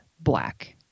black